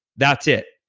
that's it.